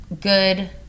good